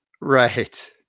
right